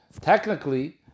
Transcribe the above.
technically